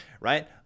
right